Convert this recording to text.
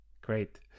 Great